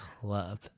Club